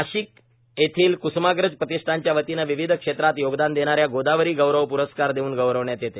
नाशिक येथील क्स्माग्रज प्रतिष्ठानच्या वतीने विविध क्षेत्रात योगदान देणाऱ्यांना गोदावरी गौरव प्रस्कार देऊन गौरविण्यात येते